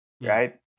right